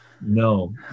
no